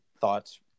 thoughts